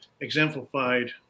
exemplified